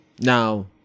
Now